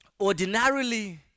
ordinarily